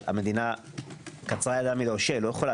אבל המדינה קצרה ידה מלהושיע היא לא יכולה